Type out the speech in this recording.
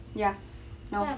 ya no